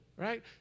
right